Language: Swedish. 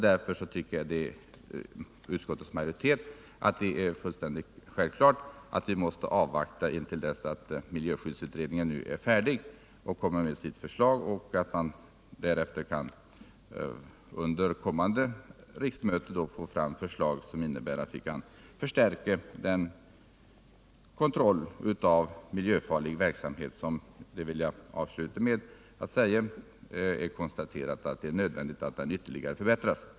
Därför tycker utskottets majoritet att det är fullständigt självklart att vi måste avvakta till dess miljöskyddsutredningen är färdig och lägger fram sitt förslag. Därefter kan vi under kommande riksmöte få fram förslag, som innebär att vi kan förstärka den kontroll av miljöfarlig verksamhet som det har konstaterats — jag vill avsluta med att säga det — att det är nödvändigt att ytterligare förbättra.